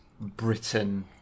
Britain